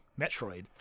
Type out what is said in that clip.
Metroid